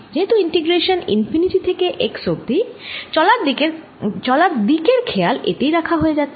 যেহেতু ইন্টিগ্রেশান করছি ∞ থেকে x অবধি চলার দিকের খেয়াল এতেই রাখা হয়ে গেছে